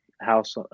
house